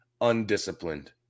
undisciplined